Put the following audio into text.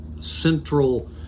central